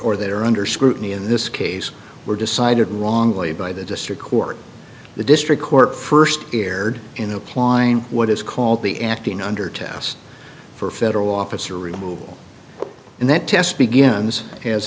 that are under scrutiny in this case were decided wrongly by the district court the district court first aired in applying what is called the acting under test for federal officer removal and that test begins as